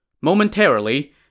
Momentarily